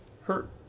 hurt